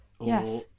Yes